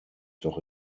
doch